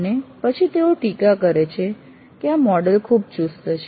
અને પછી તેઓ ટીકા કરે છે કે આ મોડેલ ખૂબ ચુસ્ત છે